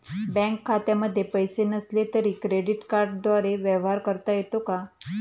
Bank खात्यामध्ये पैसे नसले तरी क्रेडिट कार्डद्वारे व्यवहार करता येतो का?